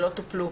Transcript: שלא טופלו.